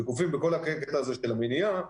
וגופים בכל הקטע הזה של המניעה.